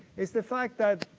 it's the fact that,